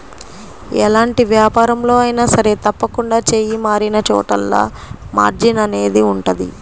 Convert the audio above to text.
ఎలాంటి వ్యాపారంలో అయినా సరే తప్పకుండా చెయ్యి మారినచోటల్లా మార్జిన్ అనేది ఉంటది